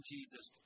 Jesus